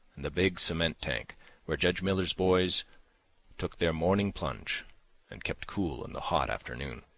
and the big cement tank where judge miller's boys took their morning plunge and kept cool in the hot afternoon.